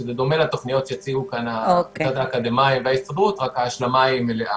שזה דומה לתוכניות שהציעו כאן האקדמאים וההסתדרות אלא שההשלמה היא מלאה.